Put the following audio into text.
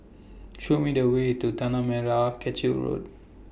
Show Me The Way to Tanah Merah Kechil Road